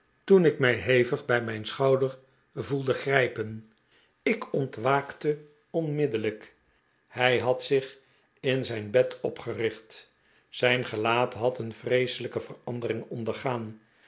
toen ik mij hevig bij mijn sehouder voelde grijpen ik ontwaakte onmiddellijk hij had zich in zijn bed opgericht zijn gel a at had een vreeselijke verandering ondergaan